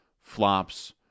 flops